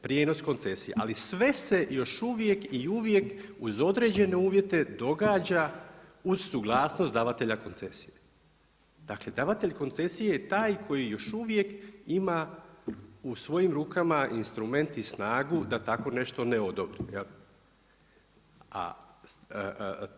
Prijenos koncesija, ali sve se još uvijek i uvijek uz određene uvjete događa uz suglasnost davatelja koncesije, dakle davatelj koncesije je taj koji još uvijek ima u svojim rukama instrument i snagu da tako nešto ne odobri, je li.